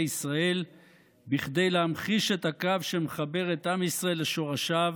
ישראל כדי להמחיש את הקו שמחבר את עם ישראל לשורשיו